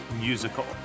musical